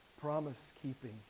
promise-keeping